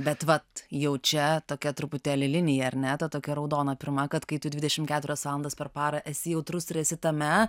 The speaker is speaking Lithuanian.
bet vat jau čia tokia truputėlį linija ar ne ta tokia raudona pirma kad kai tu dvidešim keturias valandas per parą esi jautrus ir esi tame